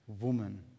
woman